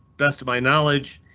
best of my knowledge,